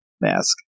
mask